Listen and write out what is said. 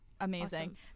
Amazing